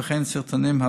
וכן סרטונים.